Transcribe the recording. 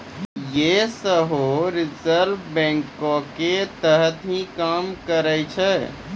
यें सेहो रिजर्व बैंको के तहत ही काम करै छै